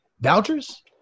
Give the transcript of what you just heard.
vouchers